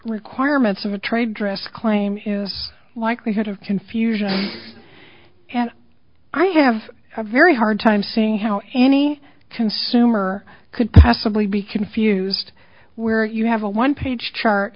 requirements of a trade dress claim is likelihood of confusion and i have a very hard time seeing how any consumer could possibly be confused where you have a one page chart